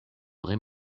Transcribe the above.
vraie